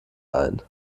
ein